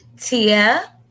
Tia